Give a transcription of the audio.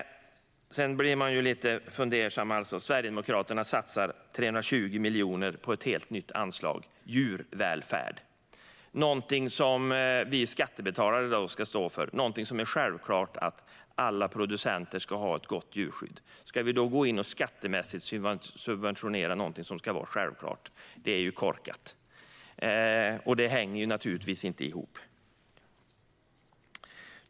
Sedan blir man lite fundersam. Sverigedemokraterna vill satsa 320 miljoner på ett nytt anslag för djurvälfärd. Det är någonting som vi skattebetalare ska stå för. Det är självklart att alla producenter ska ha ett gott djurskydd. Ska vi gå in och skattemässigt subventionera någonting som ska vara självklart? Det är korkat. Det hänger naturligtvis inte ihop.